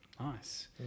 nice